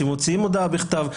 שמוציאים הודעה בכתב,